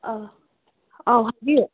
ꯑꯥꯎ ꯍꯥꯏꯕꯤꯌꯣ